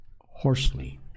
hoarsely